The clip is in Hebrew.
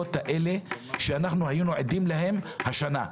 ההפסקות האלה שאנחנו היינו עדים להם השנה.